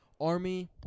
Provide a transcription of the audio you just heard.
Army